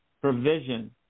provision